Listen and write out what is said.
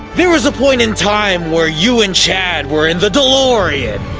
there was a point in time where you and chad were in the delorean.